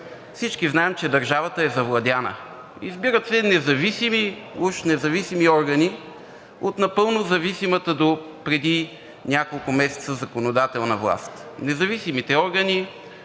всички знаем, че държавата е завладяна. Избират се независими, уж независими, органи от напълно зависимата допреди няколко месеца законодателна власт. Независимите органи